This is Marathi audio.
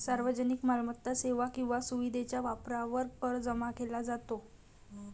सार्वजनिक मालमत्ता, सेवा किंवा सुविधेच्या वापरावर कर जमा केला जातो